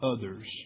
others